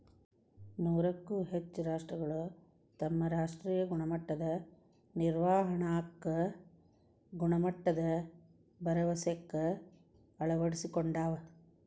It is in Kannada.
ನೂರಕ್ಕೂ ಹೆಚ್ಚ ರಾಷ್ಟ್ರಗಳು ತಮ್ಮ ರಾಷ್ಟ್ರೇಯ ಗುಣಮಟ್ಟದ ನಿರ್ವಹಣಾಕ್ಕ ಗುಣಮಟ್ಟದ ಭರವಸೆಕ್ಕ ಅಳವಡಿಸಿಕೊಂಡಾವ